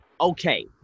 Okay